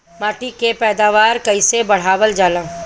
माटी के पैदावार कईसे बढ़ावल जाला?